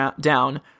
down